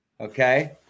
okay